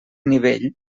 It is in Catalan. nivell